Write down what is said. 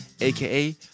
AKA